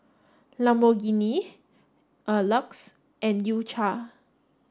Lamborghini a LUX and U cha